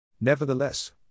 Nevertheless